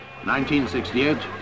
1968